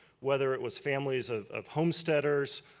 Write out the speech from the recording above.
whether it was families of of homesteaders,